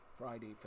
Friday